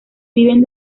viven